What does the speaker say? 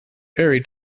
ferry